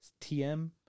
TM